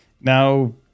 Now